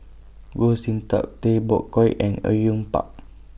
Goh Sin Tub Tay Bak Koi and Au Yue Pak